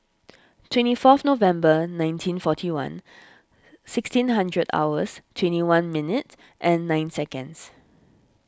twenty four November nineteen forty one sixteen hours twenty one minutes and nine seconds